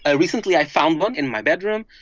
ah recently, i found one in my bedroom.